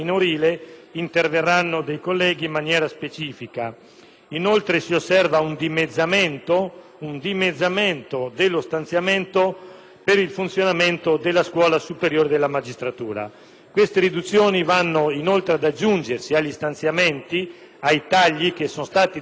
Inoltre, si osserva un dimezzamento dello stanziamento per il funzionamento della scuola superiore della magistratura. Queste riduzioni vanno ad aggiungersi ai tagli che sono stati disposti con il decreto-legge n. 112 del